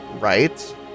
right